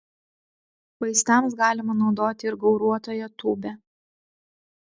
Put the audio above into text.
vaistams galima naudoti ir gauruotąją tūbę